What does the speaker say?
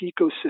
ecosystem